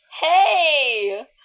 Hey